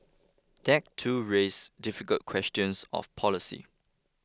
that too raises difficult questions of policy